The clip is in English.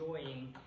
enjoying